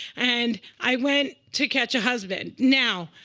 and i went to catch a husband. now,